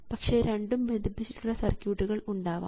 പക്ഷേ രണ്ടും ബന്ധിപ്പിച്ചിട്ടുള്ള സർക്യൂട്ടുകൾ ഉണ്ടാവാം